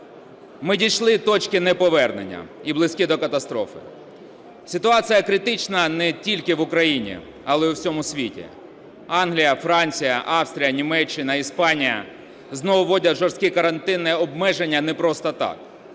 Ми дійшли точки неповернення і близькі до катастрофи. Ситуація критична не тільки в Україні, але й у всьому світі. Англія, Франція, Австрія, Німеччина, Іспанія знову вводять жорстке карантинне обмеження не просто так.